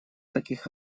таких